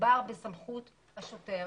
מדובר בסמכות השוטר